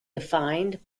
defined